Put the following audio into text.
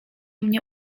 mnie